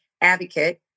advocate